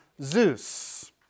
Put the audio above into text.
Zeus